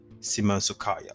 Simansukaya